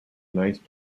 nice